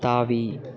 தாவி